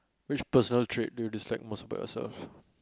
which personal trait do you dislike most about yourself